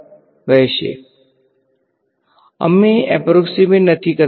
વિદ્યાર્થી અમે એપ્રોક્ષીમેટ નથી કરતા